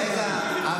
רגע,